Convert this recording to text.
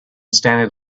standard